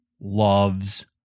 loves